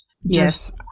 Yes